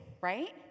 right